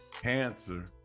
cancer